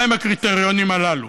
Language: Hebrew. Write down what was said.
מהם הקריטריונים הללו?